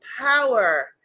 power